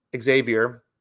Xavier